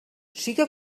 siga